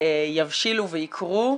יבשילו ויקרו.